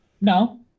No